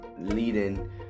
leading